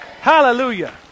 hallelujah